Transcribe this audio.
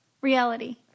Reality